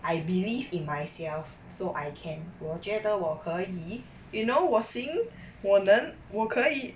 I believed in myself so I can 我觉得我可以 you know 我行我能我可以